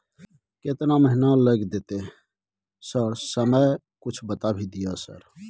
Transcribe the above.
केतना महीना लग देतै सर समय कुछ बता भी सर?